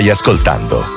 ascoltando